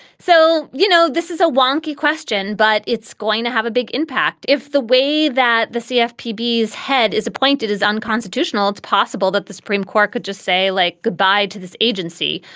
so, you know, this is a wonky question, but it's going to have a big impact. if the way that the cfp bees head is appointed as unconstitutional, it's possible that the supreme court could just say like goodbye to this agency,